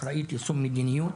אחראית יישום מדיניות.